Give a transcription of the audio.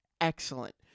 excellent